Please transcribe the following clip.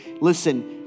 listen